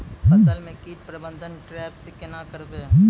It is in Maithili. फसल म कीट प्रबंधन ट्रेप से केना करबै?